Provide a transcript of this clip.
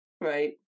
right